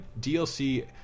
DLC